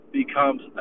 becomes